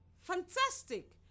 Fantastic